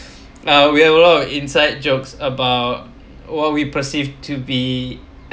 uh we have a lot of inside jokes about what we perceived to be